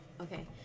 okay